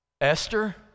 Esther